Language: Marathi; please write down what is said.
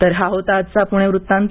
तर हा होता आजचा पुणे वृत्तांत